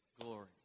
glory